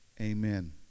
amen